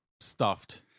stuffed